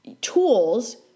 tools